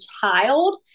child